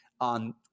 on